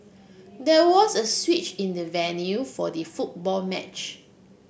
there was a switch in the venue for the football match